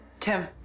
Tim